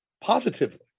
positively